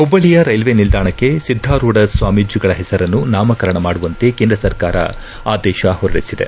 ಹುಬ್ಬಳ್ಳಿಯ ರೈಲ್ವೆ ನಿಲ್ದಾಣಕ್ಕೆ ಸಿದ್ದಾರೂಢ ಸ್ವಾಮೀಜಿಗಳ ಹೆಸರನ್ನು ನಾಮಕರಣ ಮಾಡುವಂತೆ ಕೇಂದ್ರ ಸರ್ಕಾರ ಆದೇಶ ಹೊರಡಿಸಿದೆ